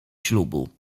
ślubu